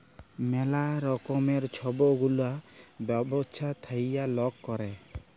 ম্যালা রকমের ছব গুলা ব্যবছা থ্যাইকে লক ক্যরে